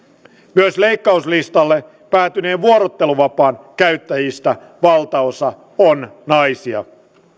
myös leikkauslistalle päätyneen vuorotteluvapaan käyttäjistä valtaosa on naisia